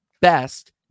best